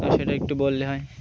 তা সেটা একটু বললে হয়